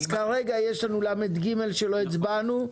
כרגע יש לנו את סעיף 14לג שלא הצבענו עליו.